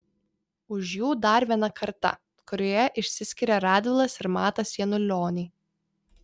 už jų dar viena karta kurioje išsiskiria radvilas ir matas janulioniai